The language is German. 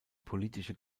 politische